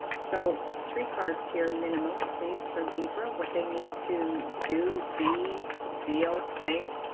so three cards here minimum, please for libra what they need to do be feel thing